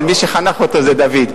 אבל מי שחנך אותו זה דוד,